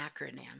acronym